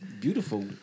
beautiful